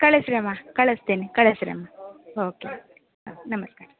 ಕಳಿಸ್ ರೀ ಅಮ್ಮ ಕಳಿಸ್ತೇನೆ ಕಳಿಸ್ ರೀ ಅಮ್ಮ ಓಕೆ ಹಾಂ ನಮಸ್ಕಾರ